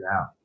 out